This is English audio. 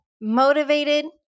motivated